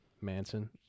Manson